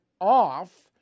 off